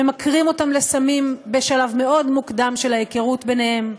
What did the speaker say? שממכרים אותן לסמים בשלב מאוד מוקדם של ההיכרות ביניהם.